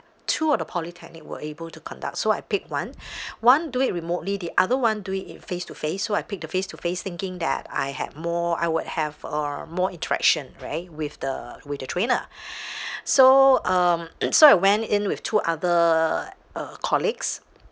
two of the polytechnic were able to conduct so I pick one one do it remotely the other [one] do it in face to face so I picked the face to face thinking that I had more I would have uh more interaction right with the with the trainer so um so I went in with two other uh colleagues